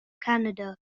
canada